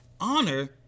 Honor